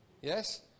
Yes